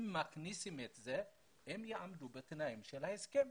אם מכניסים את זה הם יעמדו בתנאים של ההסכם,